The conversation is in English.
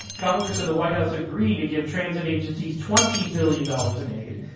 congress and the white house agreed to give transit agencies twenty billion dollars in aid.